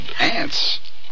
ants